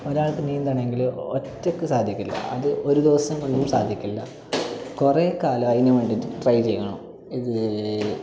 ഒരാൾക്ക് നീന്തണമെങ്കില് ഒറ്റയ്ക്ക് സാധിക്കില്ല അത് ഒരു ദിവസം കൊണ്ടും സാധിക്കില്ല കൊറേക്കാലം അതിന് വേണ്ടിയിട്ട് ട്രൈ ചെയ്യണം ഇത്